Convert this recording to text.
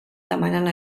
demanant